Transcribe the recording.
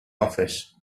office